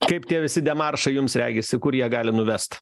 kaip tie visi demaršai jums regisi kur jie gali nuvest